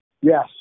Yes